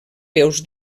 veus